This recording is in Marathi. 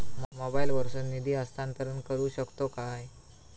मोबाईला वर्सून निधी हस्तांतरण करू शकतो काय?